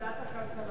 ועדת הכלכלה.